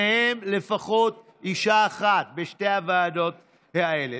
מהם לפחות אישה אחת בשתי הוועדות האלה.